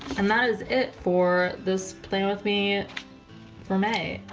and that is it for this plan with me for may.